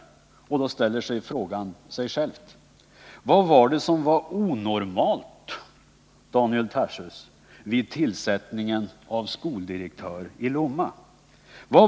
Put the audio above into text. Då uppkommer frågan: Vad var onormalt, Daniel Tarschys, vid tillsättandet av skoldirektör i Lomma?